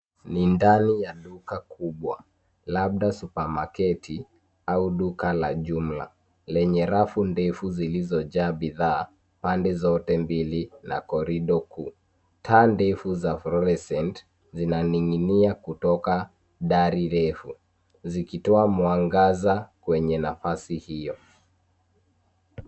Ni ndani ya duka kubwa labda supermarketi au duka la jumla ,lenye rafu ndefu zilizojaa bidhaa pande zote mbili na korido kuu taa ndefu za [florescent] zinaning'inia kutoka dari refu zikitoa mwangaza kwenye nafasi hiyo.